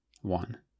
one